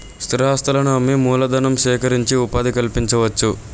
స్థిరాస్తులను అమ్మి మూలధనం సేకరించి ఉపాధి కల్పించవచ్చు